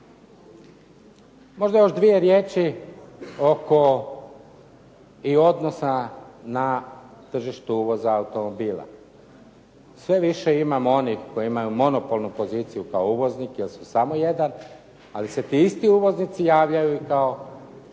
Možda još dvije riječi oko i odnosa na tržištu uvoza automobila. Sve više imamo onih koji imaju monopolnu poziciju kao uvoznik, jel su samo jedan, ali se ti isti uvoznici javljaju kao